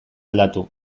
aldatu